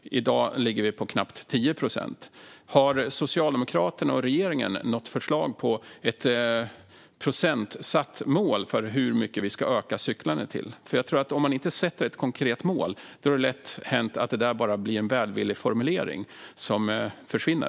I dag ligger vi på knappt 10 procent. Har Socialdemokraterna och regeringen något förslag på ett procentsatt mål för hur mycket vi ska öka cyklandet till? Om man inte sätter ett konkret mål tror jag att det är lätt hänt att det där bara blir en välvillig formulering som försvinner.